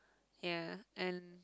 ya and